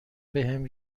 بهم